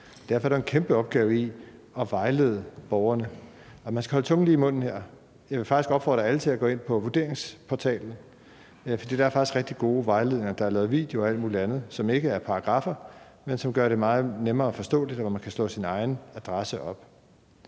Derfor er der en kæmpe opgave i at vejlede borgerne. Og man skal holde tungen lige i munden her; jeg vil faktisk opfordre alle til at gå ind på Vurderingsportalen, for der er faktisk rigtig gode vejledninger, og der er lavet en video og alt muligt andet, som ikke er med paragraffer, men som gør det meget nemmere at forstå, og hvor man kan slå sin egen adresse op.